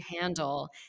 handle